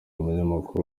umunyamakuru